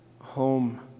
Home